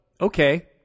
okay